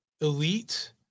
Elite